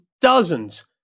dozens